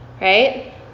right